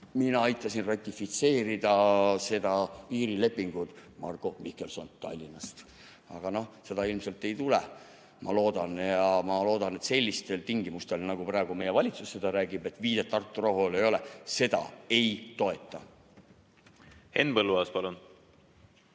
mina aitasin ratifitseerida seda piirilepingut, Marko Mihkelson Tallinnast. Aga seda ilmselt ei tule, ma loodan. Sellistel tingimustel, nagu praegu meie valitsus räägib, et viidet Tartu rahule ei ole, ma seda ei toeta. Henn Põlluaas, palun!